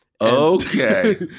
Okay